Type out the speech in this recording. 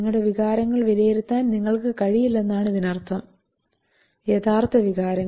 നിങ്ങളുടെ വികാരങ്ങൾ വിലയിരുത്താൻ നിങ്ങൾക്ക് കഴിയില്ലെന്നാണ് ഇതിനർത്ഥം യഥാർത്ഥ വികാരങ്ങൾ